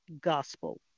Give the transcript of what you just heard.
gospel